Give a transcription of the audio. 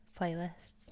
Playlists